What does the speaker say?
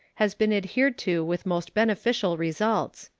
has been adhered to with most beneficial results.